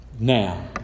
Now